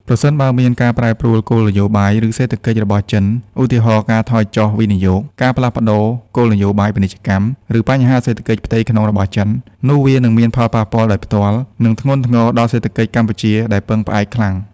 ប្រសិនបើមានការប្រែប្រួលគោលនយោបាយ ឬសេដ្ឋកិច្ចរបស់ចិន ឧទាហរណ៍ ការថយចុះវិនិយោគ ការផ្លាស់ប្តូរគោលនយោបាយពាណិជ្ជកម្ម ឬបញ្ហាសេដ្ឋកិច្ចផ្ទៃក្នុងរបស់ចិន នោះវានឹងមានផលប៉ះពាល់ដោយផ្ទាល់ និងធ្ងន់ធ្ងរដល់សេដ្ឋកិច្ចកម្ពុជាដែលពឹងផ្អែកខ្លាំង។